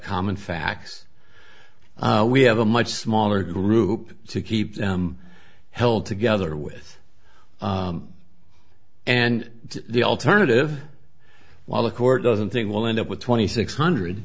common facts we have a much smaller group to keep held together with and the alternative while the court doesn't think we'll end up with twenty six hundred